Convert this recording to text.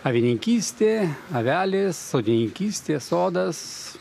avininkystė avelės sodininkystė sodas